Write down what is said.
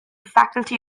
faculty